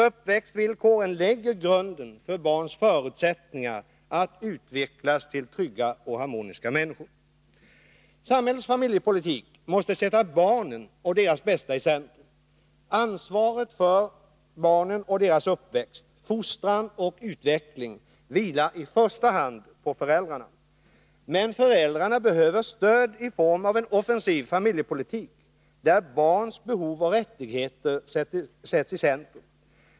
Uppväxtvillkoren lägger grunden för barns förutsättningar att utvecklas till trygga och harmoniska människor. Samhällets familjepolitik måste sätta barnen och deras bästa i centrum. Ansvaret för barnen och deras uppväxt, fostran och utveckling vilar i första hand på föräldrarna. Men föräldrarna behöver stöd i form av en offensiv familjepolitik, där barns behov och rättigheter sätts i centrum.